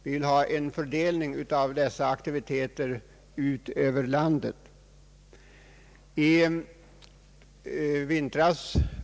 Vi vill att dessa aktiviteter skall fördelas över hela landet.